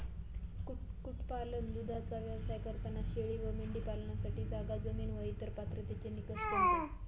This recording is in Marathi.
कुक्कुटपालन, दूधाचा व्यवसाय करताना शेळी व मेंढी पालनासाठी जागा, जमीन व इतर पात्रतेचे निकष कोणते?